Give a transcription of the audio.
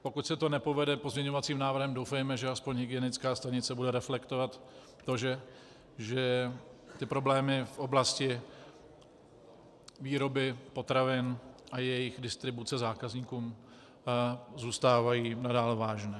Pokud se to nepovede pozměňovacím návrhem, doufejme, že aspoň hygienická stanice bude reflektovat to, že problémy v oblasti výroby potravin a jejich distribuce zákazníkům zůstávají nadále vážné.